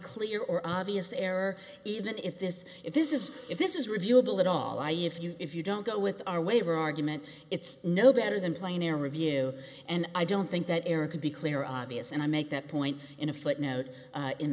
clear or obvious error even if this if this is if this is reviewable at all i e if you if you don't go with our waiver argument it's no better than plain air review and i don't think that error could be clear obvious and i make that point in a footnote